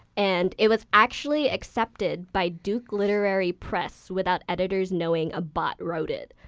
and it was actually accepted by duke literary press without editors knowing a bot wrote it.